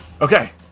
Okay